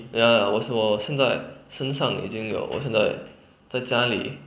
ya 我是我现在身上已经有我现在在家里